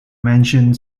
mention